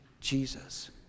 Jesus